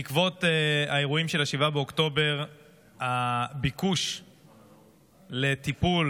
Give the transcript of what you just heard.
בעקבות האירועים של 7 באוקטובר הביקוש לטיפול